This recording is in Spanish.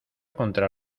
contra